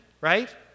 right